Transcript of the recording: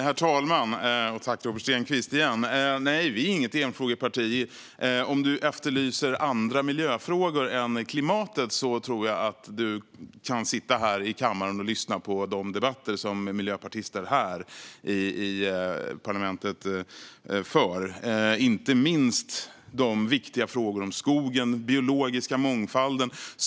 Herr talman! Nej, vi är inget enfrågeparti. Om du efterlyser andra miljöfrågor än klimatet kan du sitta här och lyssna på de debatter som miljöpartister här i parlamentet för - inte minst i de viktiga frågorna om skogen eller den biologiska mångfalden.